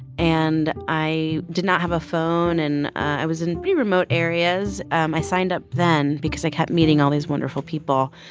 and i did not have a phone, and i was in pretty remote areas. um i signed up then because i kept meeting all these wonderful people.